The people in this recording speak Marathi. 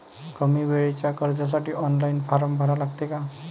कमी वेळेच्या कर्जासाठी ऑनलाईन फारम भरा लागते का?